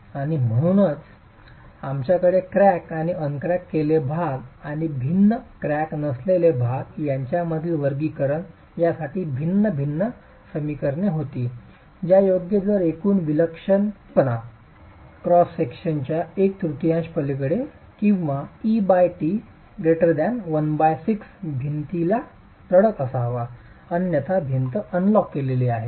आणि म्हणूनच आमच्याकडे क्रॅक आणि अनक्रॅक केलेले भाग आणि भिन्न क्रॅक नसलेले भाग यांच्यामधील वर्गीकरण यासाठी भिन्न भिन्न समीकरणे होती ज्यायोगे जर एकूण विक्षिप्तपणा क्रॉस सेक्शनच्या एक तृतीयांश पलीकडे असेल किंवा et 16 भिंतीला तडक असावा अन्यथा भिंत अनलॅक केलेली आहे